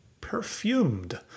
perfumed